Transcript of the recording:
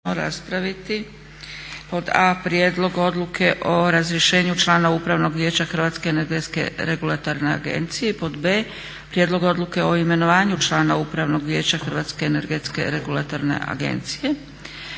Josip (SDP)** Prijedlog odluke o razrješenju člana upravnog vijeća Hrvatske energetske regulatorne agencije a i prijedlog odluke o imenovanju člana upravnog vijeća Hrvatske energetske regulatorne agencije.